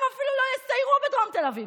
הם אפילו לא יסיירו בדרום תל אביב,